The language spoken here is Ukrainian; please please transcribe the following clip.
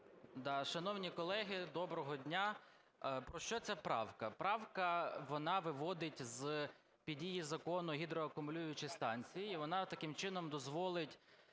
Шановні колеги, доброго дня! Про що ця правка? Правка, вона виводить з-під дії закону гідроакумулюючі станції і вона таким чином дозволить